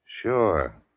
Sure